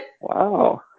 Wow